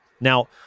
Now